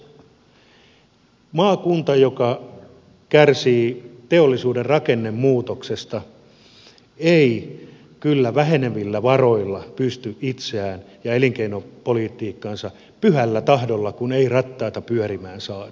maakunta joka kärsii teollisuuden rakennemuutoksesta ei kyllä vähenevillä varoilla pysty itseään ja elinkeinopolitiikkaansa hoitamaan pyhällä tahdolla kun ei rattaita pyörimään saada